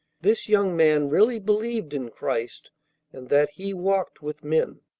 this young man really believed in christ and that he walked with men.